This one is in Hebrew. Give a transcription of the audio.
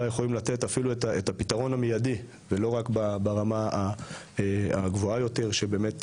אולי יכולים לתת אפילו את הפתרון המיידי ולא רק ברמה הגבוהה יותר שבאמת,